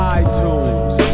itunes